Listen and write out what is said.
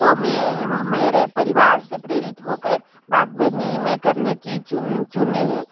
तो मैं मेरे परिवार से प्रेरित होकर बागवानी में करने की चुनी ही